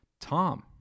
Tom